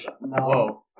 No